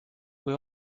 kui